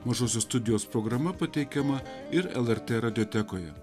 mažosios studijos programa pateikiama ir el er t radiotekoje